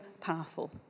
powerful